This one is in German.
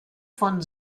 von